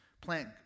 plant